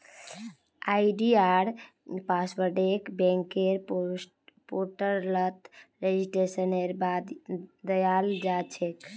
आई.डी.आर पासवर्डके बैंकेर पोर्टलत रेजिस्ट्रेशनेर बाद दयाल जा छेक